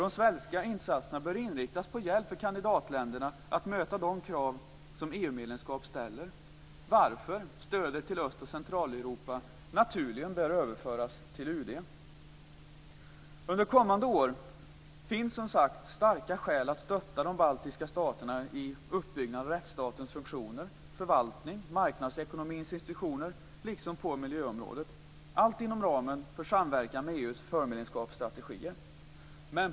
De svenska insatserna bör inriktas på hjälp till kandidatländerna att möta de krav som EU medlemskap ställer, varför stödet till Öst och Centraleuropa naturligen bör överföras till UD. Under kommande år finns, som sagt, starka skäl att stötta de baltiska staterna i uppbyggnad av rättsstatens funktioner, förvaltning, marknadsekonomins institutioner liksom på miljöområdet - allt inom ramen för samverkan med EU:s förmedlemskapsstrategier.